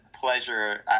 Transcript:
pleasure